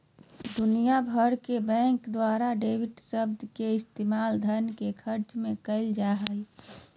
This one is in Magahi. दुनिया भर के बैंक द्वारा डेबिट शब्द के इस्तेमाल धन के खर्च मे करल जा हय